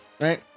right